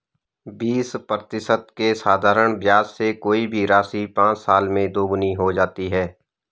बीस प्रतिशत के साधारण ब्याज से कोई भी राशि पाँच साल में दोगुनी हो जाती है